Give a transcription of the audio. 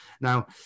Now